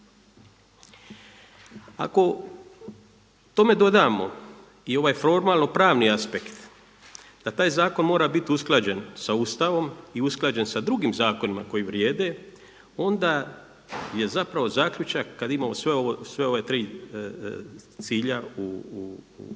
Ako tome dodamo i ovaj formalno pravni aspekt da taj zakon mora biti usklađen sa Ustavom i usklađen sa drugim zakonima koji vrijede onda je zapravo zaključak kada imamo sva ova tri cilja u vidu